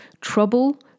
Trouble